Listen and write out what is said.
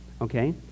okay